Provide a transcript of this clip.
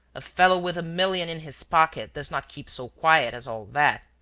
a fellow with a million in his pocket does not keep so quiet as all that.